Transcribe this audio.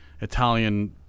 Italian